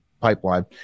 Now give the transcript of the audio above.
pipeline